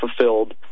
fulfilled